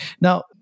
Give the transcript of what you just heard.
Now